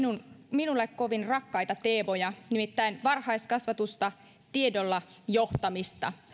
minulle kovin rakkaita teemoja nimittäin varhaiskasvatusta tiedolla johtamista